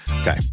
Okay